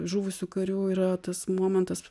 žuvusių karių yra tas momentas